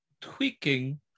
tweaking